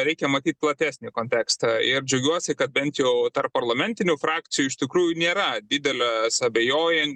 reikia matyt platesnį kontekstą ir džiaugiuosi kad bent jau tarp parlamentinių frakcijų iš tikrųjų nėra didelio suabejojan